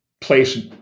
place